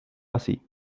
así